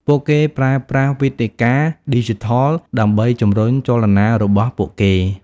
ពួកគេប្រើប្រាស់វេទិកាឌីជីថលដើម្បីជំរុញចលនារបស់ពួកគេ។